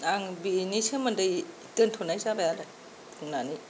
आं बेनि सोमोन्दै दोनथ'नाय जाबाय आरो बुंनानै